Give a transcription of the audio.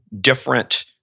different